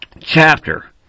chapter